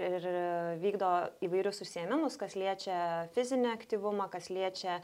ir vykdo įvairius užsiėmimus kas liečia fizinį aktyvumą kas liečia